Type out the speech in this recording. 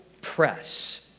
press